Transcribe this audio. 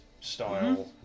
style